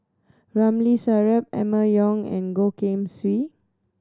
Ramli Sarip Emma Yong and Goh Keng Swee